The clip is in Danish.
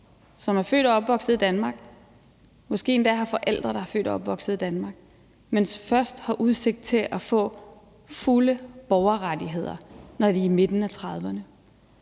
som er født og opvokset i Danmark – måske endda har forældre, der er født og opvokset i Danmark – men som først har udsigt til at få fulde borgerrettigheder, når de er i midten af 30'erne.